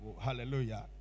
Hallelujah